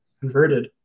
converted